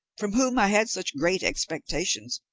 from whom i had such great expectations,